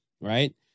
Right